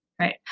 Right